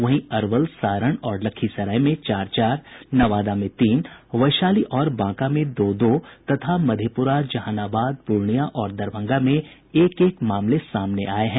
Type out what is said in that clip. वहीं अरवल सारण और लखीसराय में चार चार नवादा में तीन वैशाली और बांका में दो दो तथा मधेप्रा जहानाबाद पूर्णिया और दरभंगा में एक एक मामले सामने आये हैं